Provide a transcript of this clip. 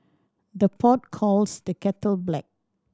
the pot calls the kettle black